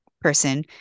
person